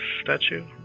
statue